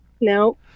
No